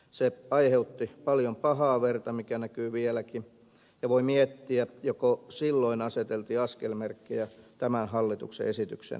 se aiheutti paljon pahaa verta mikä näkyy vieläkin ja voi miettiä joko silloin aseteltiin askelmerkkejä tämän hallituksen esityksen sisällöksi